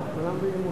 הייתי מבין את זה.